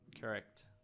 Correct